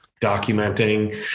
documenting